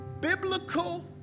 biblical